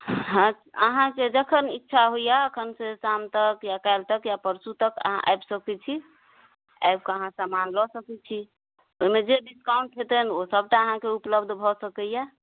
अहाँके जखन इच्छा होइए एखनसँ शाम तक या काल्हि तक या परसू तक अहाँ आबि सकय छी आबि कऽ अहाँ सामान लए सकय छी ओइमे जे डिस्काउंट हेतनि ओ सबटा अहाँके उपलब्ध भए सकइए